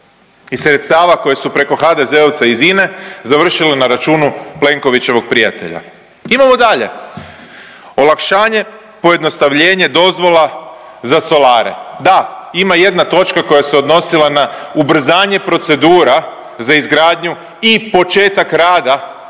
i sredstava koji su preko HDZ-ovca iz INA-e završile na računu Plenkovićevog prijatelja. Imamo dalje. Olakšanje, pojednostavljenje dozvola za solare. Da, ima jedna točka koja se odnosila ubrzanje procedura za izgradnju i početak rada